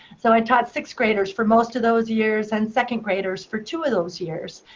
so i taught sixth graders for most of those years, and second graders for two of those years.